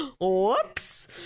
Whoops